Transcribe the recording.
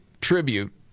tribute